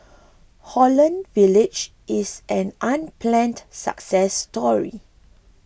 Holland Village is an unplanned success story